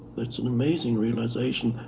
that's an amazing realization.